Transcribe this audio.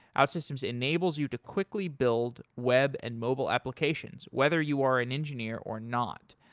outsystems enables you to quickly build web and mobile applications whether you are an engineer or not.